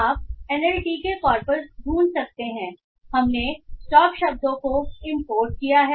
आप nltk corpus ढूंढ सकते हैं हमने स्टॉप शब्दों को इंपोर्ट किया है